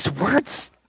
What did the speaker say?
words